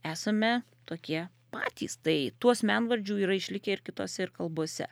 esame tokie patys tai tų asmenvardžių yra išlikę ir kitose ir kalbose